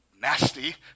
nasty